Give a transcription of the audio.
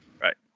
Right